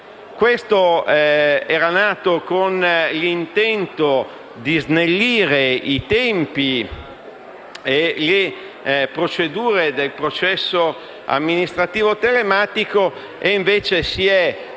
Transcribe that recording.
era nato con l'intento di snellire i tempi e le procedure del processo amministrativo telematico, e invece si è